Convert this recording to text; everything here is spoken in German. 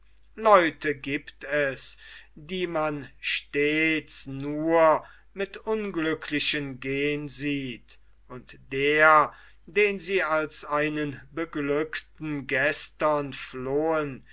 leute giebt es die man stets nur mit unglücklichen gehn sieht und der den sie als einen beglückten gestern flohen